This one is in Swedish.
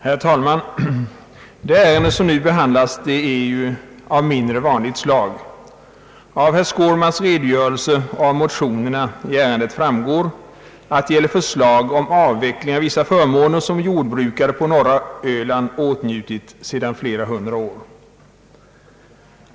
Herr talman! Det ärende som nu behandlas är av mindre vanligt slag. Av herr Skårmans redogörelse och av motionerna i ärendet framgår att det gäller förslag om avveckling av vissa förmåner som jordbrukare på norra Öland åtnjutit under flera hundra år.